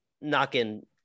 knocking